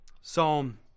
Psalm